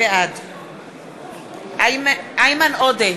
בעד איימן עודה,